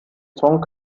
song